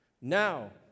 now